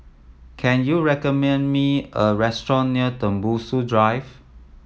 can you recommend me a restaurant near Tembusu Drive